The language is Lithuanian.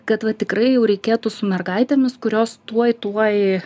kad va tikrai jau reikėtų su mergaitėmis kurios tuoj tuoj